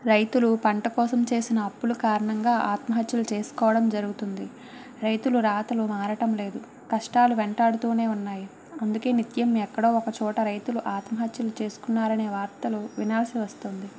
రైతులు పంట కోసం చేసిన అప్పుల కారణంగా ఆత్మహత్యలు చేసుకోవడం జరుగుతుంది రైతులు రాతలు మారడం లేదు కష్టాలు వెంటాడుతూనే ఉన్నాయి అందుకే నిత్యం ఎక్కడో ఒక చోట రైతులు ఆత్మహత్యలు చేసుకున్నారనే వార్తలు వినాల్సి వస్తుంది